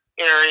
area